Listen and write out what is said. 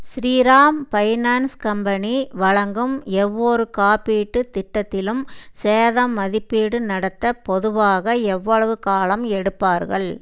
Sriram finance company வழங்கும் ஒவ்வொரு காப்பீட்டுத் திட்டத்திலும் சேத மதிப்பீடு நடத்த பொதுவாக எவ்வளவு காலம் எடுப்பார்கள்